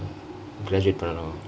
graduate பன்னனும்:pannanum